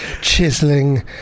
chiseling